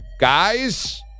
Guys